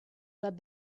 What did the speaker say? led